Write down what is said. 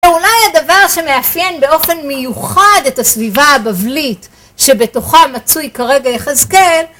ואולי הדבר שמאפיין באופן מיוחד את הסביבה הבבלית שבתוכה מצוי כרגע יחזקאל...